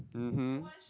mmhmm